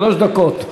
שלוש דקות.